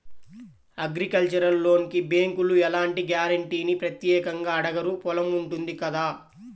agricultural లోనుకి బ్యేంకులు ఎలాంటి గ్యారంటీనీ ప్రత్యేకంగా అడగరు పొలం ఉంటుంది కదా